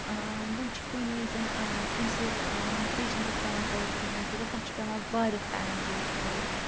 وۄنۍ چھُ کُنہِ وِزِ کٲنٛسہِ پیشَنٹَس پیٚوان سرجری ہٕنٛز ضورَتھ تَتھ چھُ پیٚوان واریاہ ٹایِم ویٹ کَرُن